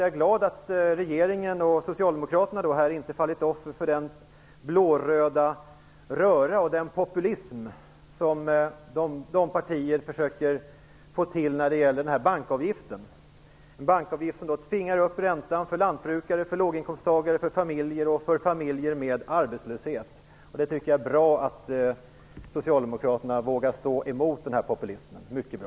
Jag är glad att regeringen och socialdemokraterna inte har fallit offer för den blå-röda röra och den populism som dessa partier försöker att få till när det gäller bankavgiften, en bankavgift som tvingar upp räntan för lantbrukare, för låginkomsttagare, för familjer och för familjer med arbetslöshet. Jag tycker att det är bra att socialdemokraterna vågar stå emot denna populism, mycket bra.